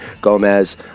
Gomez